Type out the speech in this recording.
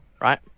right